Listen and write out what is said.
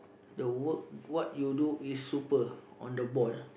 the work what you do is super on the board